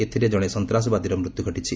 ଏଥିରେ ଜଣେ ସନ୍ତ୍ରାସବାଦୀର ମୃତ୍ୟୁ ଘଟିଛି